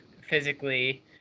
physically